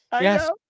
Yes